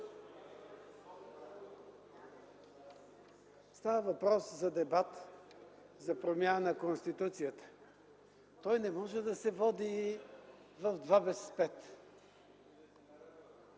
Става въпрос за дебат за промяна на Конституцията! Той не може да се води в два без пет!